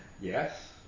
yes